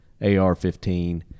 AR-15